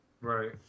Right